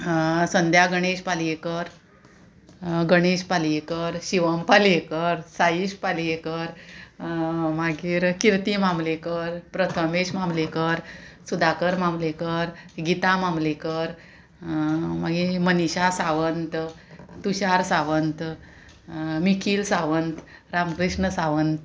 संध्या गणेश पालयेकर गणेश पालयेकर शिवम पालयेकर साईश पालयेकर मागीर किर्ती मामलेकर प्रथमेश मामलेकर सुदा मामलेकर गीता मामलेकर मागी मनीशा सावंत तुषार सावंत मिकील सावंत रामकृष्ण सावंत